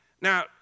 Now